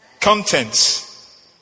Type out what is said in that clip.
Contents